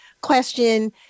question